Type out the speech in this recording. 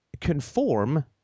conform